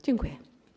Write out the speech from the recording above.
Dziękuję.